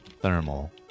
thermal